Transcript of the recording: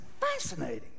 fascinating